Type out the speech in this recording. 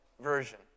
version